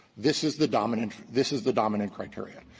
this is the dominant this is the dominant criteria.